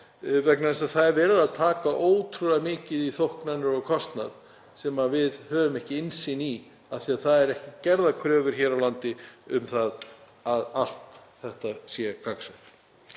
vegna þess að það er verið að taka ótrúlega mikið í þóknanir og kostnað sem við höfum ekki innsýn í af því að það eru ekki gerðar kröfur hér á landi um að allt þetta sé gagnsætt.